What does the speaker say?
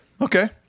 Okay